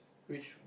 which